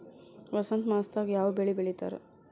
ವಸಂತ ಮಾಸದಾಗ್ ಯಾವ ಬೆಳಿ ಬೆಳಿತಾರ?